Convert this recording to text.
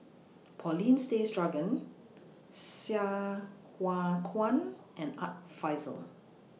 Paulin Tay Straughan Sai Hua Kuan and Art Fazil